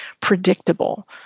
predictable